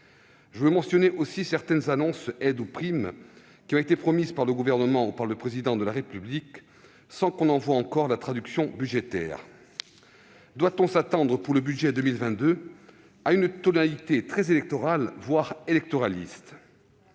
Je rappelle aussi les annonces, aides ou primes, qui ont été promises par le Gouvernement ou par le Président de la République, sans que l'on en voie encore la traduction budgétaire. Doit-on s'attendre pour le budget pour 2022 à une tonalité très électorale, voire électoraliste ?